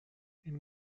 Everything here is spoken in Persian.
این